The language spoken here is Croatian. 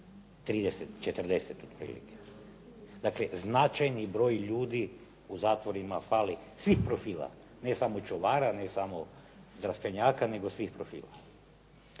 30, 40 otprilike. Dakle, značajni broj ljudi u zatvorima fali svih profila, ne samo čuvara, ne samo zdravstvenjaka, nego svih profila.